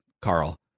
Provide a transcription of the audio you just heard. Carl